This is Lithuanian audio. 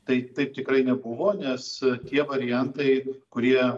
tai taip tikrai nebuvo nes tie variantai kurie